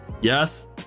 Yes